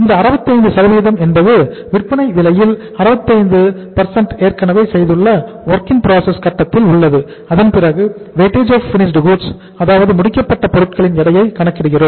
இந்த 65 என்பது விற்பனை விலையில் 65 ஏற்கனவே செய்துள்ள WIP கட்டத்தில் உள்ளது அதன் பிறகு வெயிட்ஏஜ் ஆஃப் ஃபினிஸ்டு கூட்ஸ் முடிக்கப்பட்ட பொருட்களின் எடையை கணக்கிடுகிறோம்